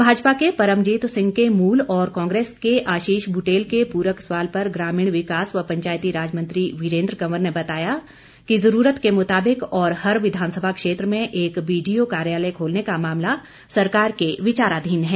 भाजपा के परमजीत सिंह के मूल और कांग्रेस के आशीष बुटेल के पूरक सवाल पर ग्रामीण विकास व पंचायती राज मंत्री वीरेंद्र कंवर ने बताया कि ज़रूरत के मुताबिक और हर विधानसभा क्षेत्र में एक बीडीओ कार्यालय खोलने का मामला सरकार के विचारधीन है